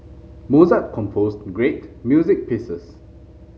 Mozart composed great music pieces